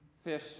Fish